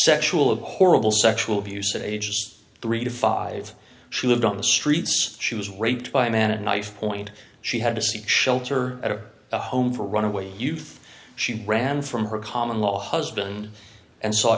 sexual of horrible sexual abuse at ages three to five she lived on the streets she was raped by manage knifepoint she had to seek shelter at her home for run away youth she ran from her common law husband and s